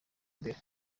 mbere